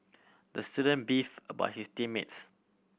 the student beef about his team mates